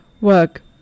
work